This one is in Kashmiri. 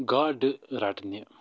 گاڈٕ رٹنہِ